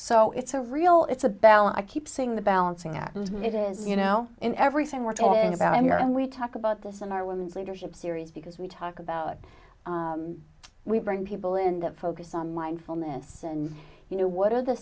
so it's a real it's a balance i keep seeing the balancing act and it is you know in everything we're talking about i'm here and we talk about this in our women's leadership series because we talk about we bring people in to focus on mindfulness and you know what are the